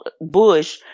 Bush